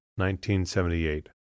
1978